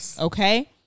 okay